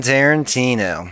Tarantino